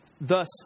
thus